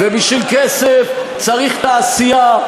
ובשביל כסף צריך תעשייה,